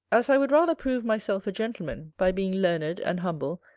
as i would rather prove myself a gentleman, by being learned and humble,